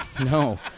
No